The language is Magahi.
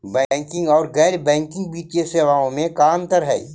बैंकिंग और गैर बैंकिंग वित्तीय सेवाओं में का अंतर हइ?